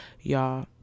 y'all